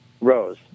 rose